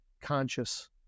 conscious